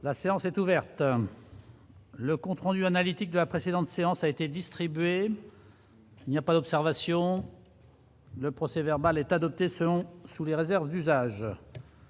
La séance est ouverte. Le compte rendu analytique de la précédente séance a été distribué. Il n'y a pas d'observation. Le procès verbal est adopté selon sous les réserves d'usage.